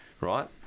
right